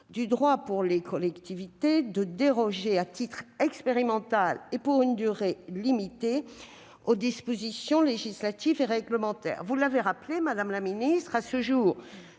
du droit pour les collectivités de déroger, à titre expérimental et pour une durée limitée, aux dispositions législatives et réglementaires. Vous l'avez rappelé, madame la ministre, à ce jour,